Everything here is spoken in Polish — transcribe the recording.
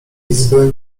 izby